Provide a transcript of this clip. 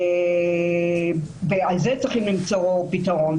לזה צריך למצוא פתרון.